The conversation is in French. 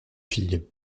filles